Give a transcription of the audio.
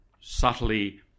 subtly